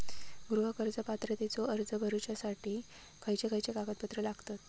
गृह कर्ज पात्रतेचो अर्ज भरुच्यासाठी खयचे खयचे कागदपत्र लागतत?